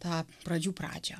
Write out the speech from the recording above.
tą pradžių pradžią